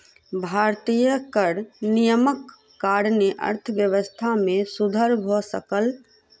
भारतीय कर नियमक कारणेँ अर्थव्यवस्था मे सुधर भ सकल